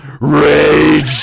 Rage